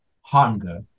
hunger